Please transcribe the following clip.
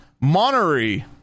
Monterey